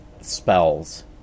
spells